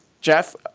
Jeff